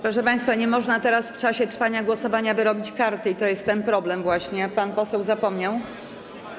Proszę państwa, nie można teraz, w czasie trwania głosowania wyrobić karty i to jest właśnie ten problem, bo pan poseł zapomniał.